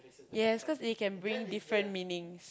yes cause it can bring different meanings